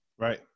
right